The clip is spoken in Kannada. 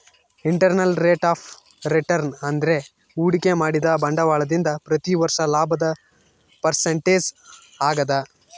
ಇಂಟರ್ನಲ್ ರೇಟ್ ಆಫ್ ರಿಟರ್ನ್ ಅಂದ್ರೆ ಹೂಡಿಕೆ ಮಾಡಿದ ಬಂಡವಾಳದಿಂದ ಪ್ರತಿ ವರ್ಷ ಲಾಭದ ಪರ್ಸೆಂಟೇಜ್ ಆಗದ